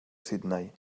sydney